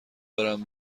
برم